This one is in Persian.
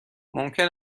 ممکن